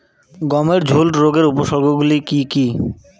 গমের ঝুল রোগের উপসর্গগুলি কী কী?